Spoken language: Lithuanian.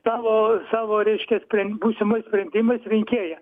savo savo reiškias spren būsimais sprendimais rinkėją